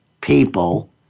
people